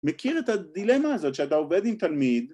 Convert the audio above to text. ‫מכיר את הדילמה הזאת ‫שאתה עובד עם תלמיד...